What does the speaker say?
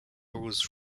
was